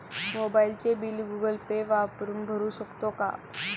मोबाइलचे bill Google Pay वापरून भरू शकतो का?